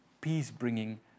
peace-bringing